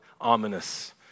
ominous